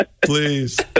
please